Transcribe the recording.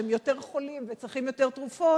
כשהם יותר חולים וצריכים יותר תרופות,